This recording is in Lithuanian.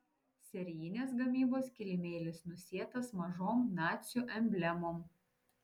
serijinės gamybos kilimėlis nusėtas mažom nacių emblemom